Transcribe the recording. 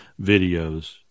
videos